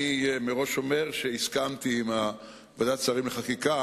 אני מראש אומר שהסכמתי עם ועדת השרים לחקיקה